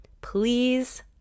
please